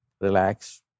relax